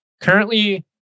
Currently